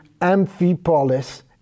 Amphipolis